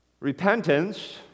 Repentance